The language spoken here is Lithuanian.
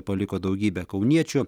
paliko daugybę kauniečių